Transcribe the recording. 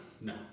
No